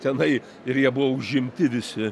tenai ir jie buvo užimti visi